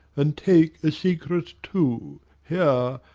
and take a secret too here,